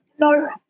No